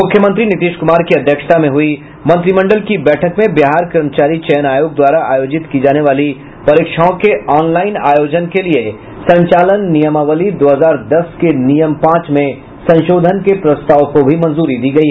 मुख्यमंत्री नीतीश कुमार की अध्यक्षता में हुई मंत्रिमंडल की बैठक में बिहार कर्मचारी चयन आयोग द्वारा आयोजित की जाने वाली परीक्षाओं के ऑन लाइन आयोजन के लिए संचालन नियमावली दो हजार दस के नियम पांच में संशोधन के प्रस्ताव को भी मंजूरी दी गयी